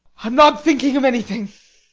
i'm not thinking of anything.